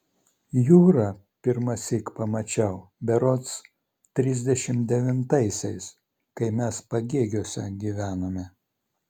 jūrą pirmąsyk pamačiau berods trisdešimt devintaisiais kai mes pagėgiuose gyvenome